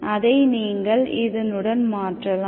அதை நீங்கள் இதனுடன் மாற்றலாம்